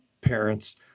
parents